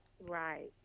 Right